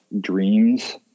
dreams